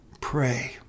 Pray